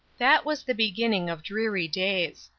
that was the beginning of dreary days.